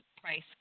price